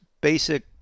basic